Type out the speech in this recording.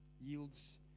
yields